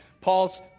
Paul's